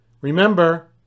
Remember